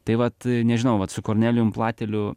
tai vat nežinau vat su kornelijum plateliu